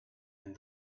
and